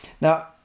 now